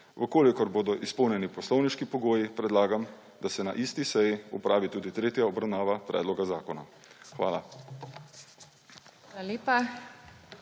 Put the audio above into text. zakona. Če bodo izpolnjeni poslovniški pogoji, predlagam, da se na isti seji opravi tudi tretja obravnava predloga zakona. Hvala.